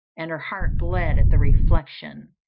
and her heart bled at the reflection,